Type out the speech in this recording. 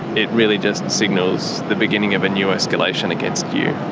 it really just signals the beginning of a new escalation against you?